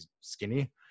skinny